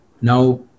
Now